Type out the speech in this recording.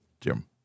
Jim